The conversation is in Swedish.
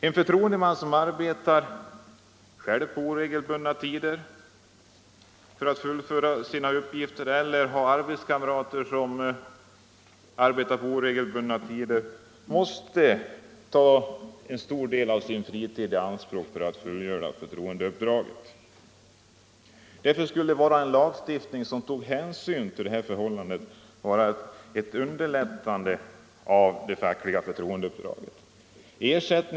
En förtroendeman som själv arbetar på oregelbundna tider — eller har arbetskamrater som arbetar på oregelbundna tider — måste ta en stor del av sin fritid i anspråk för att fullgöra förtroendeuppdraget. Därför skulle én lagstiftning som tog hänsyn till detta förhållande underlätta det fackliga förtroendeuppdraget.